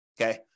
Okay